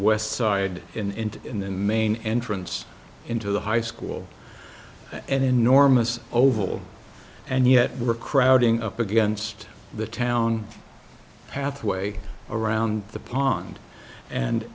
west side in in the main entrance into the high school an enormous oval and yet we're crowding up against the town halfway around the pond and